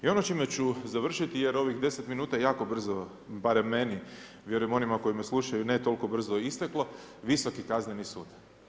I ono s čime ću završiti jer ovih 10 minuta je jako brzo, barem meni, vjerujem onima koji me slušaju ne toliko brzo isteklo, Visoki kazneni sud.